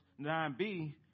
9b